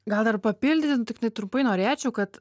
gal ir papildyti tiktai trumpai norėčiau kad